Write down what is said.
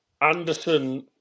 Anderson